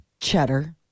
Cheddar